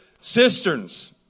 cisterns